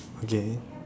okay